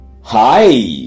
Hi